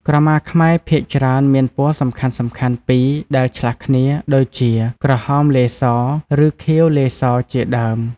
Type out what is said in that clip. ក្រមាខ្មែរភាគច្រើនមានពណ៌សំខាន់ៗពីរដែលឆ្លាស់គ្នា ដូចជា ក្រហមលាយស ឬ ខៀវលាយស ជាដើម។